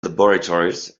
laboratories